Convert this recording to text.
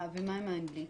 ומה עם האנגלית?